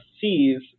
sees